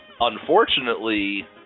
Unfortunately